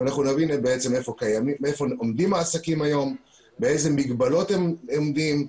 אנחנו נבין היכן עומדים העסקים היום ובאיזה מגבלות הם עומדים.